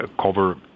cover